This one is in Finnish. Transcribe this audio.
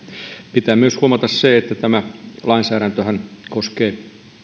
pitää myös huomata se että tämä lainsäädäntöhän koskee